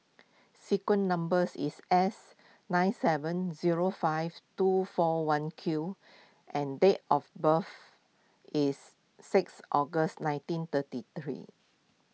sequin numbers is S nine seven zero five two four one Q and date of birth is six August nineteen thirty three